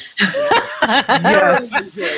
yes